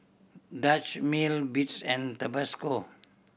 Dutch Mill Beats and Tabasco